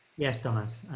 yes, thomas.